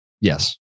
Yes